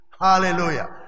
Hallelujah